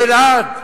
באלעד,